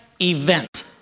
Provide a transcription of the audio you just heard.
event